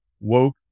woke